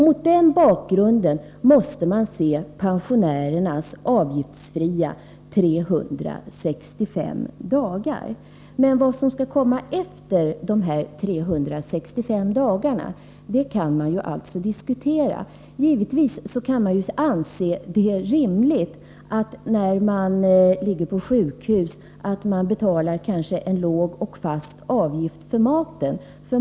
Mot den bakgrunden måste man se pensionärernas avgiftsfria 365 dagar. Vad som skall komma efter dessa 365 dagar kan diskuteras. Det kan givetvis anses rimligt att man när man ligger på sjukhus betalar en låg och fast avgift för maten.